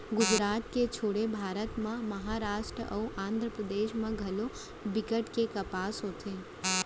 गुजरात के छोड़े भारत म महारास्ट अउ आंध्रपरदेस म घलौ बिकट के कपसा होथे